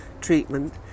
treatment